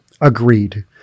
Agreed